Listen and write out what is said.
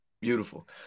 beautiful